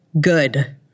good